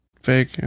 Fake